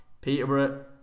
Peterborough